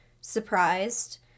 surprised